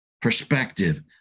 perspective